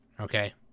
okay